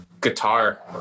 Guitar